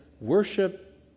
worship